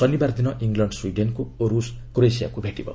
ଶନିବାର ଦିନ ଇଂଲଣ୍ଡ ସ୍ୱିଡେନ୍କୁ ଓ ରୁଷ୍ କ୍ରୋଏସିଆକୁ ଭେଟିବ